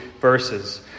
verses